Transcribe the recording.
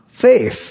faith